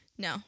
No